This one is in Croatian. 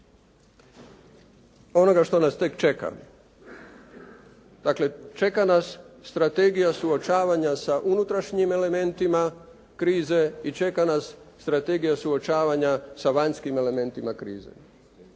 onoga što nas tek čeka, dakle čeka nas strategija suočavanja sa unutrašnjim elementima krize i čeka nas strategija suočavanja sa vanjskim elementima krize.